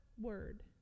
word